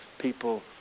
people